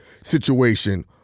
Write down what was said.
situation